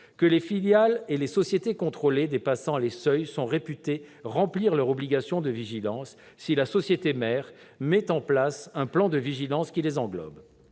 -que les filiales et les sociétés contrôlées dépassant les seuils sont réputées remplir leur obligation de vigilance si la société mère met en place un plan de vigilance qui les englobe.